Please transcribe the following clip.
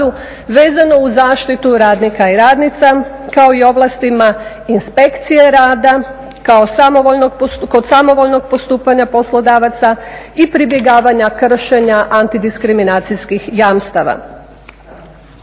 vezano uz zaštitu radnika i radnica kao i ovlastima Inspekcije rada kod samovoljnog postupanja poslodavaca i pribjegavanja kršenja antidiskriminacijskih jamstava.